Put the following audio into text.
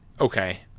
okay